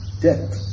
death